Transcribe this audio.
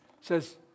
says